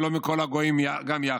ולא מכל הגויים גם יחד.